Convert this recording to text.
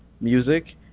music